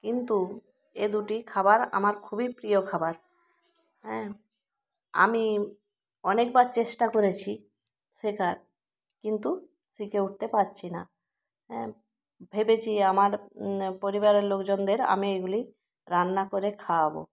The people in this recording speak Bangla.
কিন্তু এ দুটি খাবার আমার খুবই প্রিয় খাবার হ্যাঁ আমি অনেকবার চেষ্টা করেছি শেখার কিন্তু শিখে উঠতে পারছি না হ্যাঁ ভেবেছি আমার পরিবারের লোকজনদের আমি এগুলি রান্না করে খাওয়াব